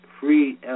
free